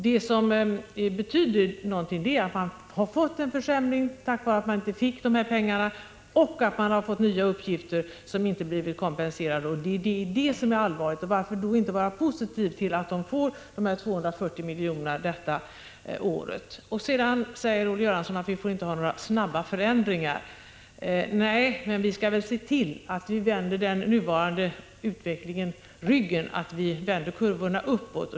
Det som betyder något är att försvaret har drabbats av en försämring på grund av att det inte fick de föreslagna pengarna och till följd av att försvaret har ålagts nya uppgifter som det inte har kompenserats för. Det är detta som är allvarligt. Varför då inte vara positiv till att försvaret får de aktuella 240 miljonerna detta år? Olle Göransson sade att det inte får bli några snabba förändringar. Nej, men vi skall se till att vi vänder den nuvarande utvecklingen ryggen och får kurvorna att peka uppåt.